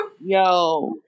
Yo